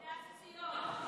כנף ציון.